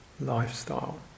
lifestyle